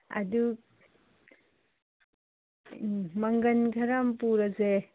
ꯑꯗꯨ ꯎꯝ ꯃꯪꯒꯟ ꯈꯔ ꯑꯃ ꯄꯨꯔꯁꯦ